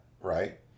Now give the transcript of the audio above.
right